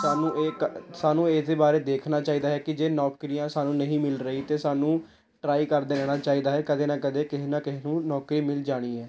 ਸਾਨੂੰ ਇਹ ਸਾਨੂੰ ਇਸ ਦੇ ਬਾਰੇ ਦੇਖਣਾ ਚਾਹੀਦਾ ਹੈ ਕਿ ਜੇ ਨੌਕਰੀਆਂ ਸਾਨੂੰ ਨਹੀਂ ਮਿਲ ਰਹੀ ਅਤੇ ਸਾਨੂੰ ਟਰਾਈ ਕਰਦੇ ਰਹਿਣਾ ਚਾਹੀਦਾ ਹੈ ਕਦੇ ਨਾ ਕਦੇ ਕਿਸੇ ਨਾ ਕਿਸੇ ਨੂੰ ਨੌਕਰੀ ਮਿਲ ਜਾਣੀ ਹੈ